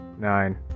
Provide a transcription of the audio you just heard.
nine